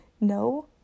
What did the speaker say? no